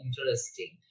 interesting